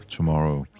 Tomorrow